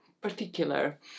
particular